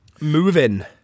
moving